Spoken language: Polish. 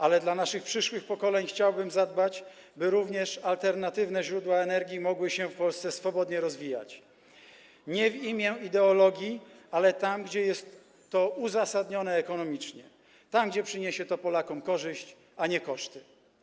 Ale dla naszych przyszłych pokoleń chciałbym zadbać, by również alternatywne źródła energii mogły się w Polsce swobodnie rozwijać - nie w imię ideologii, ale tam, gdzie jest to uzasadnione ekonomicznie, tam, gdzie przyniesie to Polakom korzyść, a nie koszty.